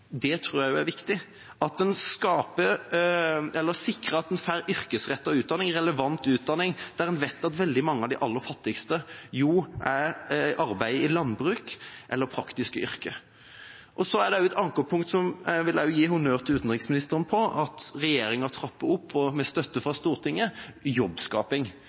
tror jeg også er viktig – det at man sikrer at man får yrkesrettet utdanning, relevant utdanning der man vet at veldig mange av de aller fattigste er i arbeid i landbruk eller i praktiske yrker. Så er det også et annet punkt som jeg vil gi honnør til utenriksministeren for at regjeringa trapper opp, og med støtte fra Stortinget, nemlig jobbskaping.